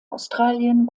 australien